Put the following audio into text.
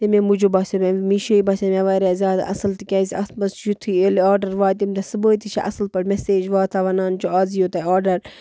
تمے موٗجوٗب باسیو مےٚ می شے باسیو مےٚ وارِیاہ زیادٕ اَصٕل تِکیٛازِ اَتھ منٛز چھُ یُتھٕے ییٚلہِ آرڈر واتہِ تمہِ دۄہ صُبحٲے تہِ چھِ اَصٕل پٲٹھۍ مٮ۪سیج واتان وَنان چھُ آز یی تُہۍ آرڈر